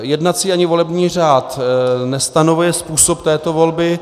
Jednací ani volební řád nestanovuje způsob této volby.